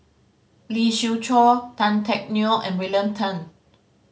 Lee Siew Choh Tan Teck Neo and William Tan